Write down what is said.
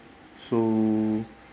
so